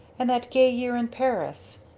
and that gay year in paris.